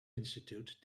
institute